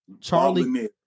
Charlie